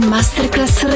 Masterclass